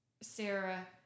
sarah